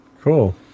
Cool